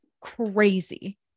crazy